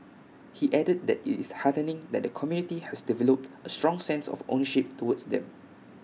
he added that IT is heartening that the community has developed A strong sense of ownership towards them